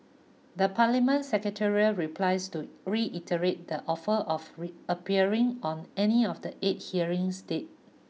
the Parliament secretariat replies to reiterate the offer of appearing on any of the eight hearing state